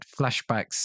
flashbacks